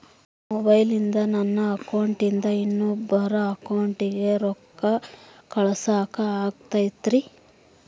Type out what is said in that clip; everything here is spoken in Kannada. ಮೊಬೈಲಿಂದ ನನ್ನ ಅಕೌಂಟಿಂದ ಇನ್ನೊಬ್ಬರ ಅಕೌಂಟಿಗೆ ರೊಕ್ಕ ಕಳಸಾಕ ಆಗ್ತೈತ್ರಿ?